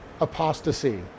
apostasy